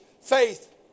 Faith